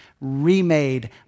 remade